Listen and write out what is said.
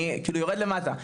אני יורד למטה,